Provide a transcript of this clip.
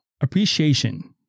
appreciation